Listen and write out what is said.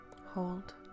Hold